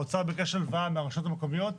האוצר ביקש הלוואה מהרשויות המקומיות.